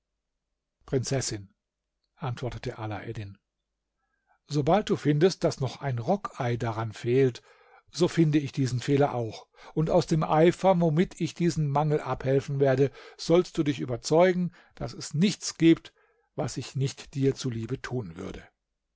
prinzessin antwortete alaeddin sobald du findest daß noch ein rockei daran fehlt so finde ich diesen fehler auch und aus dem eifer womit ich diesem mangel abhelfen werde sollst du dich überzeugen daß es nichts gibt was ich nicht dir zuliebe tun würde